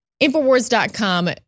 InfoWars.com